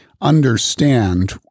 understand